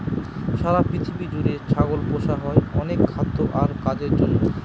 সারা পৃথিবী জুড়ে ছাগল পোষা হয় অনেক খাদ্য আর কাজের জন্য